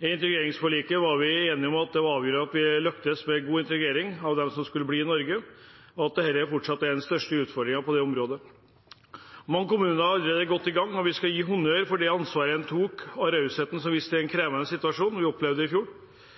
I integreringsforliket var vi enige om at det var avgjørende at vi lyktes med god integrering av dem som skulle bli i Norge, og at dette fortsatt er den største utfordringen på det området. Mange kommuner er allerede godt i gang, og vi skal gi dem honnør for det ansvaret de tok, og rausheten de viste i den krevende situasjonen vi opplevde i fjor.